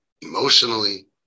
emotionally